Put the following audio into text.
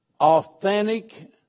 authentic